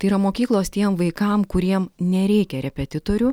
tai yra mokyklos tiem vaikam kuriem nereikia repetitorių